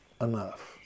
enough